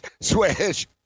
swish